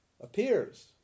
appears